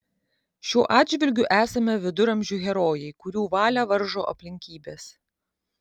šiuo atžvilgiu esame viduramžių herojai kurių valią varžo aplinkybės